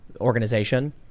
organization